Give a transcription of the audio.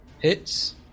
Hits